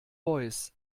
voice